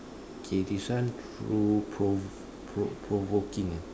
okay this one pro~ pro~ provoking ah